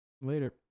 Later